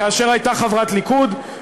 כאשר הייתה חברת הליכוד,